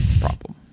problem